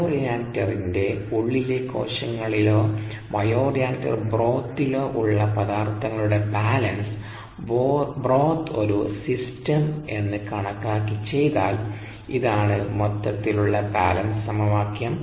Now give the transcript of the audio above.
ബയോറിയാക്ടറിൻറെ ഉള്ളിലെ കോശങ്ങളിലോ ബയോറിയാക്ടർ ബ്രോത്തിലോ ഉള്ള പദാർഥങ്ങളുടെ ബാലൻസ് ബ്രോത്ത് ഒരു സിസ്റ്റം എന്ന് കണക്കാക്കി ചെയ്താൽ ഇതാണ് മൊത്തത്തിലുള്ള ബാലൻസ് സമവാക്യം